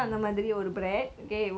mm mm